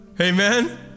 Amen